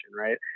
Right